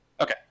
Okay